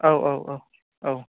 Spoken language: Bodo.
औ औ औ औ